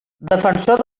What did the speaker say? defensor